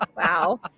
wow